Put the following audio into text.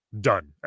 done